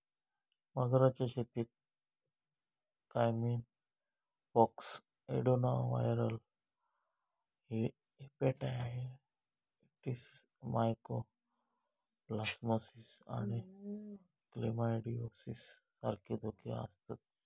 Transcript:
मगरांच्या शेतीत caiman pox, adenoviral hepatitis, mycoplasmosis आणि क्लेमायडिओसिस सारखे धोके आसतत